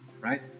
right